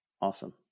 awesome